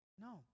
No